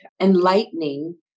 enlightening